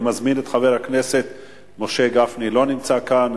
אני מזמין את חבר הכנסת משה גפני, לא נמצא כאן.